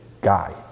guy